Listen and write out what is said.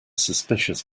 suspicious